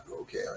Okay